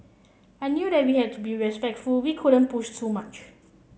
I knew that we had to be very respectful we couldn't push too much